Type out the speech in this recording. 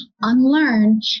unlearn